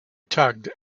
tugged